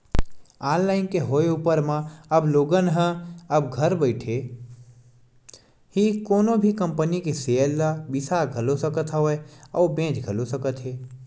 online के होय ऊपर म अब लोगन ह अब घर बइठे ही कोनो भी कंपनी के सेयर ल बिसा घलो सकत हवय अउ बेंच घलो सकत हे